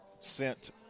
sent